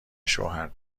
شوهر